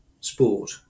sport